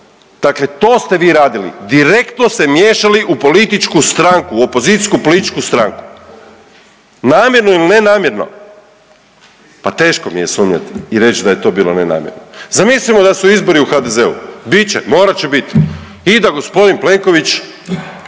Dakle to ste vi radili. Direktno se miješali u političku stranku, u opozicijsku političku stranku. Namjerno ili nenamjerno, pa teško mi je sumnjati i reći da je to bilo nenamjerno. Zamislimo da su izbori u HDZ-u. Bit će, morat će bit i da g. Plenković